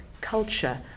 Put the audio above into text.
culture